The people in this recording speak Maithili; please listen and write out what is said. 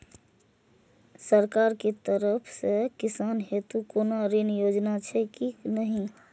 सरकार के तरफ से किसान हेतू कोना ऋण योजना छै कि नहिं?